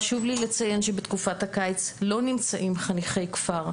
חשוב לי לציין שבתקופת הקיץ לא נמצאים חניכי כפר,